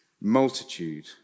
multitude